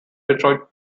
detroit